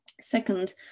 Second